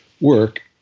work